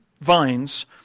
Vines